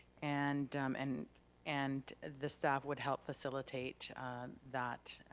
and um and and the staff would help facilitate that,